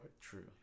true